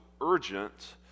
urgent